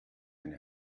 eine